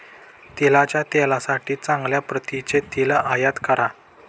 तिळाच्या तेलासाठी चांगल्या प्रतीचे तीळ आयात करा